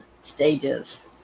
stages